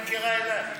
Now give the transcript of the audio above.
אני נוטה להסכים איתך.